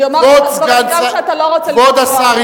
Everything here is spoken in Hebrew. אני אומר גם דברים שאתה לא רוצה לשמוע.